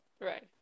Right